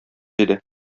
иде